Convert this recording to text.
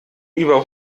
über